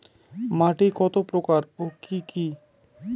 মাটি কত প্রকার ও কি কি?